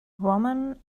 woman